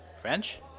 French